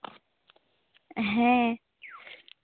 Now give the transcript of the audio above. ᱦᱮᱸ